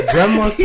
Grandma